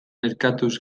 erkatuz